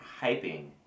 hyping